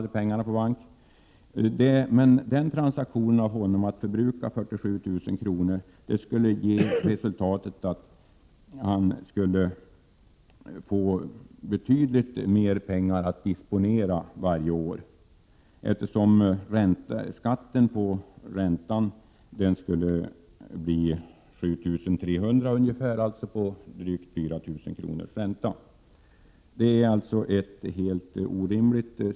Detta skulle leda till att han fick betydligt mer pengar att disponera varje år. Skatten på 4 500 kr. ränta uppgår till ungefär 7 300 kr. Systemet är helt orimligt.